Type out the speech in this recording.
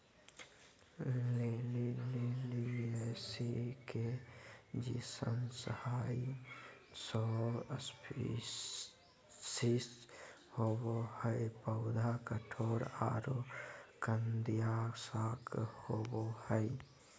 lily Liliaceae के genus हई, सौ स्पिशीज होवअ हई, पौधा कठोर आरो कंदिया शाक होवअ हई